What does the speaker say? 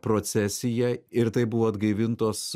procesija ir tai buvo atgaivintos